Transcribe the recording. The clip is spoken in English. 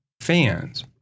fans